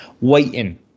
waiting